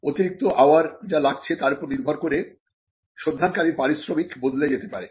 অতিরিক্ত আওয়ার যা লাগছে তার উপর নির্ভর করে সন্ধানকারীর পারিশ্রমিক বদলে যেতে পারে